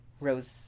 rose